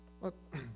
Look